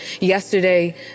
Yesterday